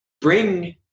bring